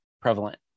prevalent